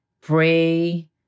pray